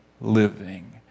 living